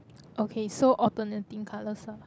okay so alternating colours ah